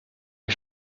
que